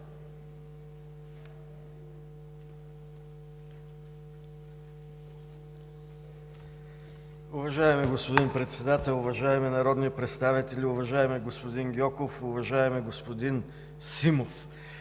Уважаеми господин Председател, уважаеми народни представители, уважаеми господин Гьоков, уважаеми господин Симов